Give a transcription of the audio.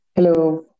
Hello